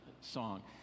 song